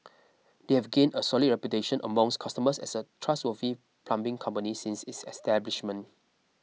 they have gained a solid reputation amongst customers as a trustworthy plumbing company since its establishment